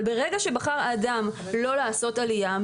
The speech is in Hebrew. ברגע שהאדם בחר לא לעשות עלייה,